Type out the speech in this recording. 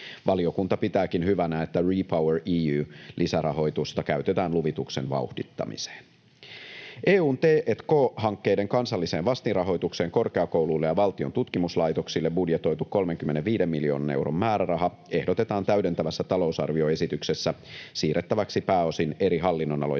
Valiokunta pitääkin hyvänä, että REPowerEU-lisärahoitusta käytetään luvituksen vauhdittamiseen. EU:n t&k-hankkeiden kansalliseen vastinrahoitukseen korkeakouluille ja valtion tutkimuslaitoksille budjetoitu 35 miljoonan euron määräraha ehdotetaan täydentävässä talousarvioesityksessä siirrettäväksi pääosin eri hallinnonalojen